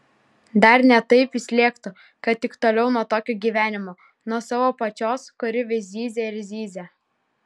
dar ne taip jis lėktų kad tik toliau nuo tokio gyvenimo nuo savo pačios kuri vis zyzia ir zyzia